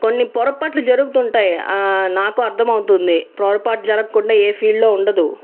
కొన్ని పొరపాట్లు జరుగుతూ ఉంటాయి నాకు అర్ధమవుతుంది పొరపాటు జరగకుండా ఏ ఫీల్డ్లో ఉండదు